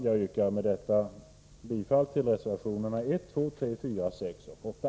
Jag yrkar med detta bifall till reservationerna 1, 2, 3, 4, 6 och 8.